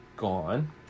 gone